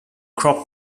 crop